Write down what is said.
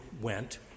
went